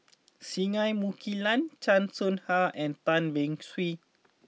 Singai Mukilan Chan Soh Ha and Tan Beng Swee